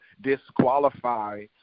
disqualify